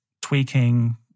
tweaking